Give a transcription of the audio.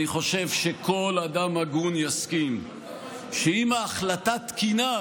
אני חושב שכל אדם הגון יסכים שאם ההחלטה תקינה,